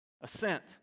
Assent